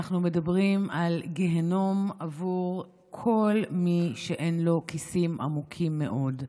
אנחנו מדברים על גיהינום עבור כל מי שאין לו כיסים עמוקים מאוד,